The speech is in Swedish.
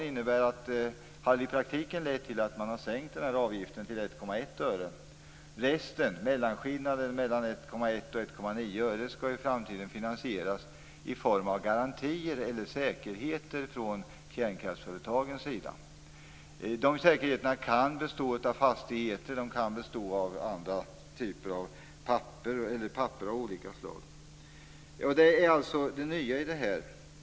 Den har i praktiken lett till att man har sänkt avgiften till 1,9 öre, skall i framtiden finansieras genom garantier eller säkerheter från kärnkraftsföretagens sida. De säkerheterna kan bestå av fastigheter. De kan också bestå av annat, t.ex. olika slags papper. Det är alltså det nya i det här.